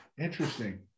Interesting